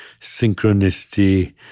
synchronicity